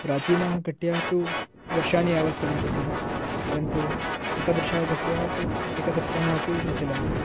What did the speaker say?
प्राचीनाः घट्याः तु वर्षाणि यावत् चलन्ति स्म परन्तु एतादृश्याः घट्याः तु एकसप्ताहमपि न चलन्ति